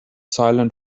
silent